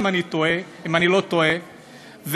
אם אני לא טועה.